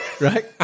Right